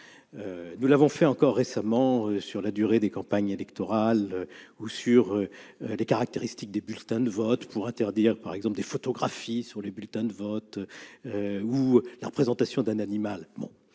fut encore le cas récemment sur la durée des campagnes électorales ou sur les caractéristiques des bulletins de vote, pour interdire par exemple des photographies sur les bulletins de vote ou la représentation d'un animal.